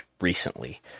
recently